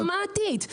אוטומטית.